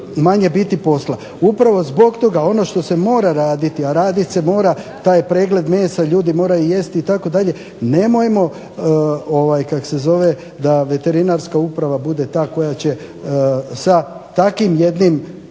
Upravo zbog toga ono što se mora raditi, a radit se mora taj pregled mesa, ljudi moraju jesti itd., nemojmo kako se zove da veterinarska uprava bude ta koja će sa takvim jednim,